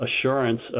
assurance